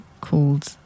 called